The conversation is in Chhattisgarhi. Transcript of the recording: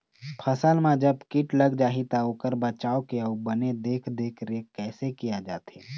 फसल मा जब कीट लग जाही ता ओकर बचाव के अउ बने देख देख रेख कैसे किया जाथे?